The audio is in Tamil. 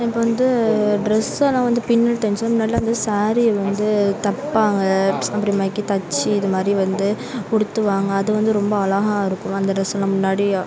இப்போ வந்து ட்ரெஸ்ஸெலாம் வந்து பின்னல் முன்னாடிலாம் வந்து சாரீ வந்து தெப்பாங்க அப்புறமேக்கி தெச்சி இது மாதிரி வந்து கொடுத்து வாங்க அது வந்து ரொம்ப அழகாக இருக்கும் அந்த ட்ரெஸ்ஸெல்லாம் முன்னாடி